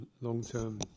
long-term